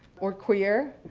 or queer,